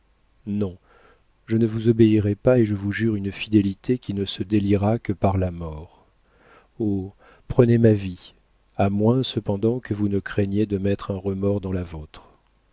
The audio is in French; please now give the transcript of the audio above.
non je ne vous obéirai pas et je vous jure une fidélité qui ne se déliera que par la mort oh prenez ma vie à moins cependant que vous ne craigniez de mettre un remords dans la vôtre